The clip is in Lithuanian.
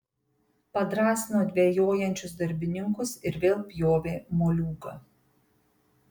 padrąsino dvejojančius darbininkus ir vėl pjovė moliūgą